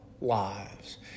lives